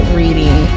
reading